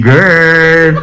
Girl